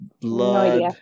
Blood